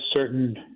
certain